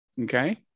Okay